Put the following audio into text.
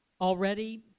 Already